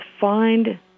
find